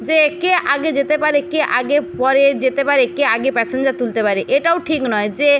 যে কে আগে যেতে পারে কে আগে পরে যেতে পারে কে আগে প্যাসেঞ্জার তুলতে পারে এটাও ঠিক নয় যে